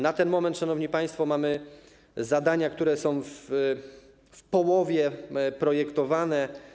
Na ten moment, szanowni państwo, mamy zadania, które są w połowie zaprojektowane.